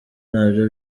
nabyo